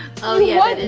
oh yeah, that is